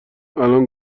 الان